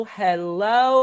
hello